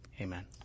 Amen